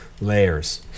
layers